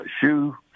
shoe